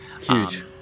Huge